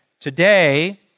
Today